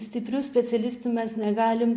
stiprių specialistų mes negalim